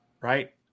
Right